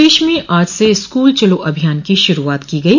प्रदेश में आज से स्कूल चलो अभियान की शुरूआत की गयी